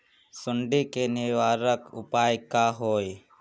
सुंडी के निवारक उपाय का होए?